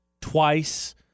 twice